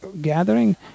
gathering